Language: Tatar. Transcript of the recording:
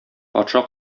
патша